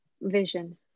vision